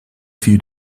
few